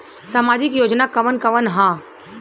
सामाजिक योजना कवन कवन ह?